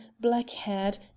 black-haired